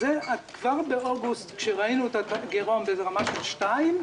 כבר באוגוסט כשראינו את הגירעון ברמה של 2%